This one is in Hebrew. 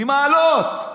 ממעלות.